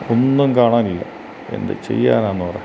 ഒന്നും കാണാനില്ല എന്തു ചെയ്യാനാണെന്നു പറ